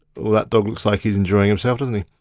oh that dog looks like he's enjoying himself, doesn't he?